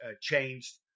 changed